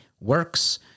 works